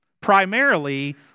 Primarily